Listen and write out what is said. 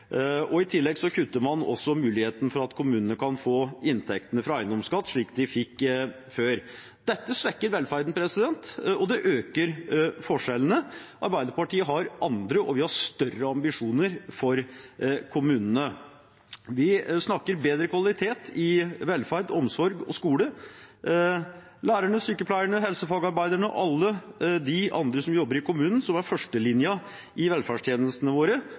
I tillegg kutter man muligheten for at kommunene kan få inntektene fra eiendomsskatt, slik de fikk før. Dette svekker velferden, og det øker forskjellene. Arbeiderpartiet har andre og større ambisjoner for kommunene. Vi snakker da om bedre kvalitet i velferd, omsorg og skole. Lærerne, sykepleierne, helsefagarbeiderne og alle de andre som jobber i kommunen, og som er førstelinjen i velferdstjenestene våre,